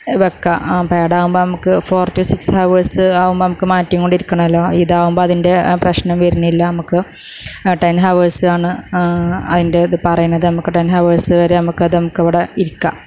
വയ്ക്കാം പാഡ് ആകുമ്പോൾ നമുക്ക് ഫോർ ടു സിക്സ് ഹവേഴ്സ്സ് ആകുമ്പം നമുക്ക് മാറ്റിയും കൊണ്ടിരിക്കണമല്ലൊ ഇതാകുമ്പോൾ അതിൻ്റെ പ്രശ്നം വരുന്നില്ല നമുക്ക് ടെൻ ഹവേഴ്സ്സ് ആന്ന് അയിൻ്റെ ഇത് പറയ്ണത് അമ്മക്ക് ടെൻ ഹവേഴ്സ്സ് വരെ നമുക്കിത് നമുക്കവിടെ ഇരിക്ക